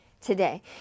today